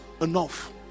enough